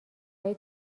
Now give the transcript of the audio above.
های